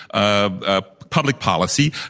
ah public policy,